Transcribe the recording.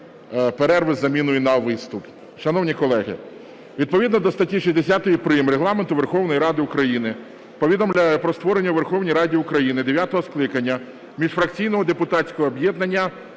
перерви з заміною на виступ. Шановні колеги, відповідно до статті 60 прим. Регламенту Верховної Ради України повідомляю про створення в Верховній Раді України дев'ятого скликання міжфракційного депутатського об'єднання